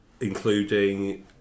including